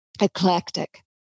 eclectic